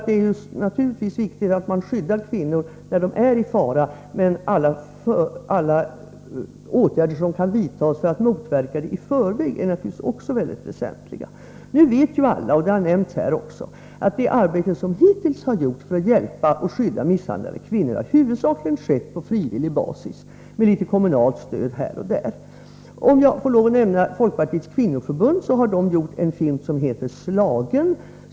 Det är naturligtvis riktigt att man skyddar kvinnor när de är i fara, men alla åtgärder som kan vidtas för att motverka sådana situationer i förväg är naturligtvis också mycket väsentliga. Som alla vet, och det har också nämnts här, har det arbete som hittills gjorts för att hjälpa och skydda misshandlade kvinnor huvudsakligen skett på frivillig basis, med litet kommunalt stöd här och där. Låt mig nämna att Folkpartiets kvinnoförbund har gjort en film som heter Slagen.